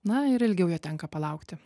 na ir ilgiau jo tenka palaukti